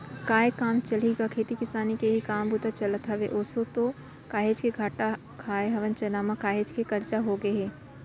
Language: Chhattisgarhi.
काय काम चलही गा खेती किसानी के ही काम बूता चलत हवय, आसो तो काहेच के घाटा खाय हवन चना म, काहेच के करजा होगे हे